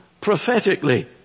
prophetically